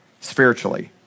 spiritually